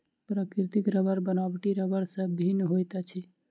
प्राकृतिक रबड़ बनावटी रबड़ सॅ भिन्न होइत अछि